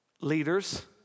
leaders